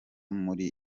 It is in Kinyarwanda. muri